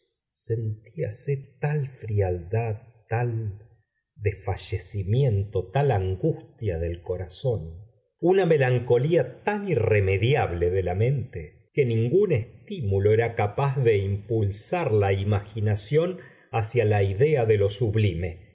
velos sentíase tal frialdad tal desfallecimiento tal angustia del corazón una melancolía tan irremediable de la mente que ningún estímulo era capaz de impulsar la imaginación hacia la idea de lo sublime